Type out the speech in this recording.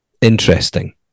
interesting